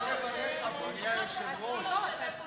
הסיעות, לא הסיעה.